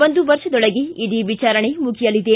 ಒಂದು ವರ್ಷದೊಳಗೆ ಇಡೀ ವಿಚಾರಣೆ ಮುಗಿಯಲಿದೆ